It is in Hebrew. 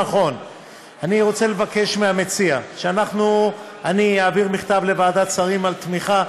אני רוצה לבקש מהמציע שאני אעביר מכתב לוועדת שרים על תמיכה,